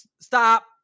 Stop